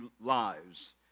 lives